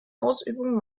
ausübung